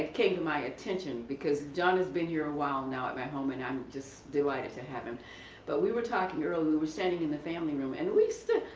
it came to my attention because john has been here a while now at my home and um just delighted to have him. but we were talking earlier, we were standing in the family room, and we stood,